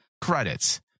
credits